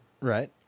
Right